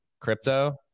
crypto